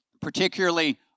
particularly